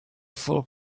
full